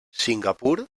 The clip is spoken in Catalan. singapur